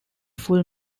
full